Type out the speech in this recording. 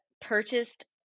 purchased